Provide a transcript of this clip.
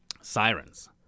sirens